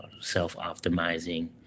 self-optimizing